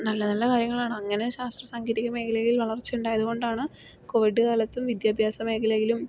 നല്ല നല്ല കാര്യങ്ങളാണ് അങ്ങനെ ശാസ്ത്രസാങ്കേതികമേഖലയിൽ വളർച്ച ഉണ്ടായത് കൊണ്ടാണ് കോവിഡ് കാലത്തും വിദ്യാഭ്യാസമേഖലയിലും